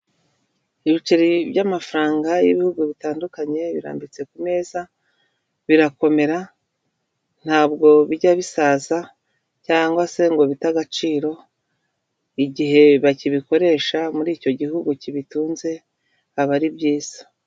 Ibiceri by'amafaranga y'ibihugu bitandukanye birambitse ku meza, birakomera ntabwo bijya bisaza cyangwa se ngo bite agaciro igihe bakibikoresha muri icyo gihugu kibitunze aba ari byiza.